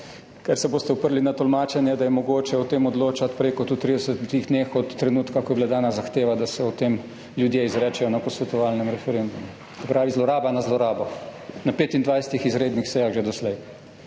ker se boste oprli na tolmačenje, da je mogoče o tem odločati prej kot v 30 dneh od trenutka, ko je bila dana zahteva, da se o tem ljudje izrečejo na posvetovalnem referendumu. Se pravi zloraba na zlorabo na že 25 izrednih sejah doslej,